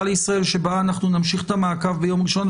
לישראל שבה אנחנו נמשיך את המעקב ביום ראשון,